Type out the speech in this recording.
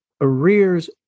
arrears